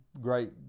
great